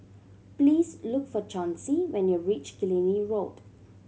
please look for Chauncy when you reach Killiney Road